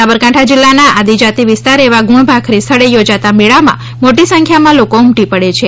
સાબરકાંઠા જિલ્લાના આદિજાતિ વિસ્તાર એવા ગુણભાખરી સ્થળે યોજાતા મેળામાં મોટી સંખ્યામાં લોકો ઉમટી પડે છે